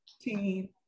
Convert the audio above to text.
team